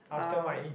wow